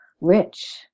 rich